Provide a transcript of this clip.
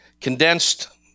condensed